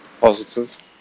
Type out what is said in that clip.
positive